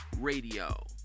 Radio